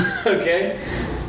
Okay